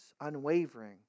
unwavering